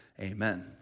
Amen